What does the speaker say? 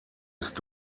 ist